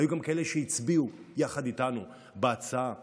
היו גם כאלה שהצביעו יחד איתנו בהצעה לקיים,